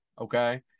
okay